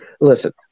Listen